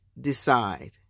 decide